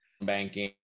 banking